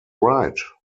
right